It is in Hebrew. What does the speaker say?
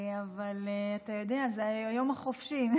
אבל אתה יודע, זה היום החופשי.